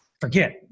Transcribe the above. forget